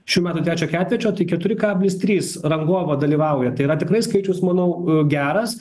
šių metų trečio ketvirčio tai keturi kablis trys rangovo dalyvauja tai yra tikrai skaičius manau geras